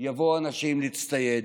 יבואו אנשים להצטייד,